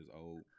old